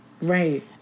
right